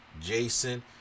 Jason